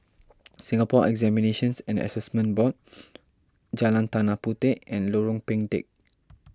Singapore Examinations and Assessment Board Jalan Tanah Puteh and Lorong Pendek